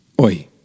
Oi